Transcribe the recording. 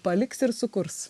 paliks ir sukurs